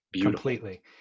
completely